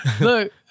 look